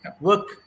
work